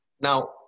Now